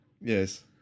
Yes